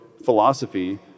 philosophy